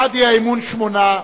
בעד האי-אמון, 8,